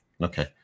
Okay